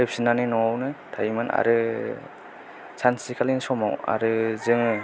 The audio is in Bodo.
फैफिननानै न'आवनो थायोमोन आरो सानसेखालि समाव आरो जोङो